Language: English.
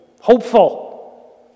Hopeful